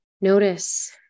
notice